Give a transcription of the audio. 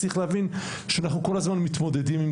צריך להבין שאנחנו כל הזמן מתמודדים עם